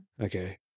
Okay